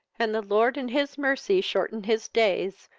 and the lord in his mercy shorten his days,